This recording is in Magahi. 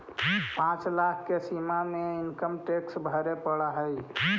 पाँच लाख के सीमा में इनकम टैक्स भरे पड़ऽ हई